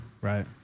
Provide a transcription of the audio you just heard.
Right